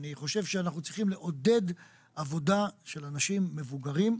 אני חושב שאנחנו צריכים לעודד עבודה של אנשים מבוגרים,